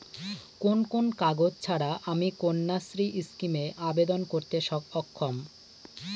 কোন কোন কাগজ ছাড়া আমি কন্যাশ্রী স্কিমে আবেদন করতে অক্ষম?